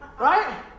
Right